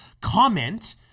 comment